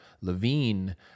Levine